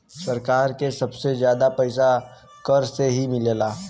सरकार के सबसे जादा पइसा कर से ही मिलला